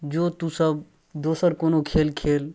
जो तोँसभ दोसर कोनो खेल खेल